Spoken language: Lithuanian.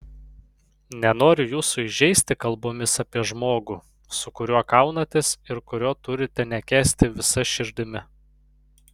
nenoriu jūsų įžeisti kalbomis apie žmogų su kuriuo kaunatės ir kurio turite nekęsti visa širdimi